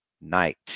night